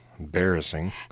embarrassing